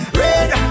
red